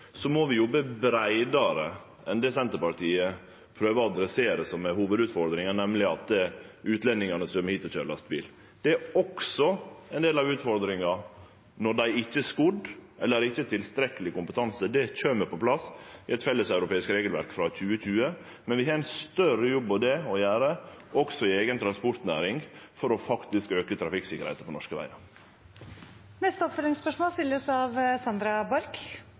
må vi jobbe breiare enn det Senterpartiet prøver å adressere som ei hovudutfordring, nemleg at det er utlendingane som kjem hit for å køyre lastebil. Det er også ein del av utfordringa når dei ikkje er skodde eller ikkje har tilstrekkeleg kompetanse, og det kjem på plass i eit felleseuropeisk regelverk frå 2020, men vi har ein større jobb å gjere også i eiga transportnæring for faktisk å auke trafikksikkerheita på norske vegar. Det åpnes for oppfølgingsspørsmål – først Sandra